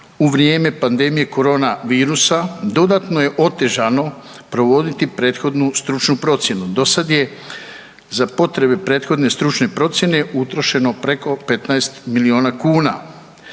u vrijeme pandemije corona virusa dodatno je otežano provoditi prethodnu stručnu procjenu. Do sad je za potrebe prethodne stručne procjene utrošeno preko 15 milijuna kuna.